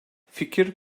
fikir